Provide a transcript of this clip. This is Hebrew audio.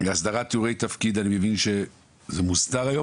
הסדרת תיאורי תפקיד אני מבין שזה מוסדר היום?